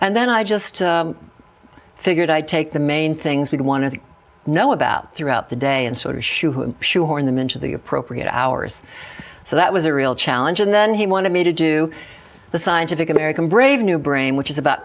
and then i just figured i'd take the main things we wanted to know about throughout the day and sort of shoo who shoehorn them into the appropriate hours so that was a real challenge and then he wanted me to do the scientific american brave new brain which is about